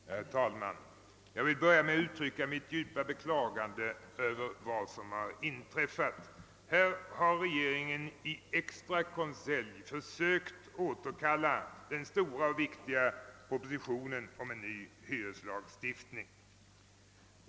Herr talman! Jag vill börja med att uttrycka mitt djupa beklagande över vad som inträffat. Regeringen har i extra konselj försökt återkalla den stora och viktiga propositionen om en ny hyreslagstiftning.